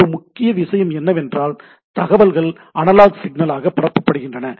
ஒரு முக்கிய விஷயம் என்னவென்றால் தகவல்கள் அனலாக் சிக்னலாக பரப்பப்படுகின்றன